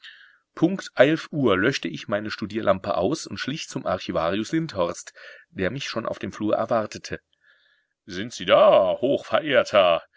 punkt eilf uhr löschte ich meine studierlampe aus und schlich zum archivarius lindhorst der mich schon auf dem flur erwartete sind sie da